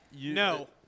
No